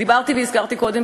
דיברתי והזכרתי קודם,